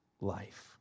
life